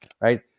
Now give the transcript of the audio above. right